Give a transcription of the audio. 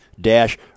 Dash